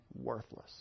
worthless